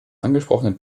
angesprochenen